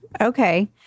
Okay